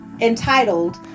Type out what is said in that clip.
entitled